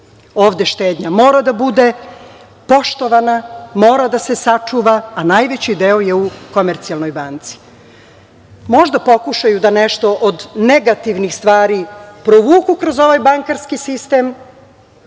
štednja mora da bude, poštovana mora da se sačuva, a najveći deo je u Komercijalnoj banci. Možda pokušaju da nešto od negativnih stvari, provuku kroz ovaj bankarski sistem,